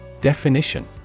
Definition